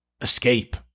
escape